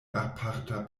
aparta